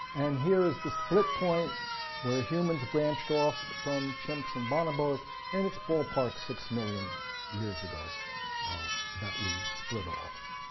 and here is the split point where humans branched off from chimps and bonobos and its ballpark six million years ago that we split off.